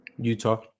Utah